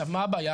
עכשיו מה הבעיה?